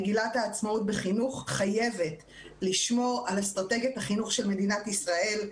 מגילת העצמאות בחינוך חייבת לשמור על אסטרטגיית החינוך של מדינת ישראל,